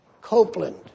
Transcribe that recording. Copeland